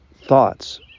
thoughts